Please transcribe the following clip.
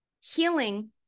Healing